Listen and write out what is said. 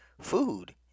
food